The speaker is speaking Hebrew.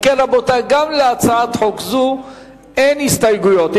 אם כן, רבותי, גם להצעת חוק זו אין הסתייגויות.